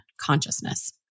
consciousness